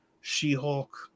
She-Hulk